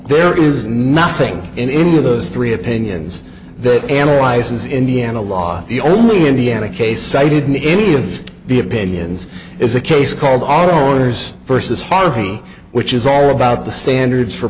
there is nothing in any of those three opinions that analyzes indiana law the only indiana case cited in any of the opinions is a case called dollars versus harvey which is all about the standards for